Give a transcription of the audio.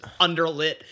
underlit